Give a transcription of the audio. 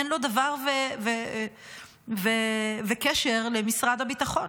אין לו דבר וקשר למשרד הביטחון.